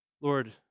Lord